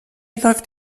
läuft